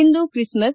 ಇಂದು Christmas